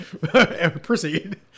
proceed